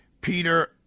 peter